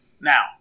Now